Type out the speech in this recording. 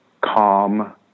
calm